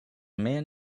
man